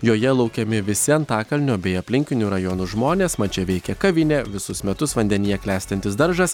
joje laukiami visi antakalnio bei aplinkinių rajonų žmonės mat čia veikia kavinė visus metus vandenyje klestintis daržas